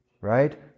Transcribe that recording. Right